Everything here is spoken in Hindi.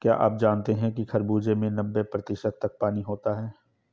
क्या आप जानते हैं कि खरबूजे में नब्बे प्रतिशत तक पानी होता है